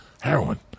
Heroin